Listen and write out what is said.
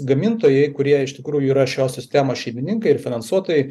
gamintojai kurie iš tikrųjų yra šios sistemos šeimininkai ir finansuotojai